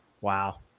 Wow